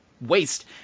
waste